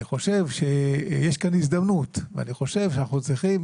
אני חושב שיש כאן הזדמנות ואני חושב שאנחנו צריכים